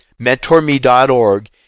MentorMe.org